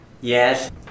Yes